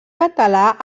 català